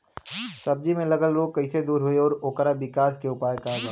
सब्जी में लगल रोग के कइसे दूर होयी और ओकरे विकास के उपाय का बा?